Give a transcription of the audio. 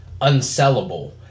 unsellable